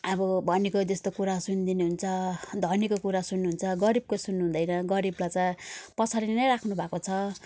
अब भनेको जस्तो कुरा सुनिदिनुहुन्छ धनीको कुरा सुन्नुहुन्छ गरिबको सुन्नुहुँदैन गरिबलाई चाहिँ पछाडि नै राख्नुभएको छ